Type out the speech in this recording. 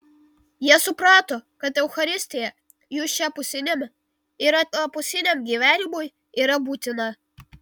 jie suprato kad eucharistija jų šiapusiniam ir anapusiniam gyvenimui yra būtina